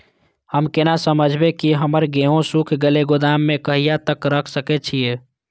हम केना समझबे की हमर गेहूं सुख गले गोदाम में कहिया तक रख सके छिये?